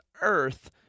Earth